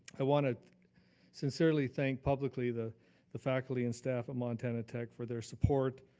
ah wanna sincerely thank publicly the the faculty and staff of montana tech for their support.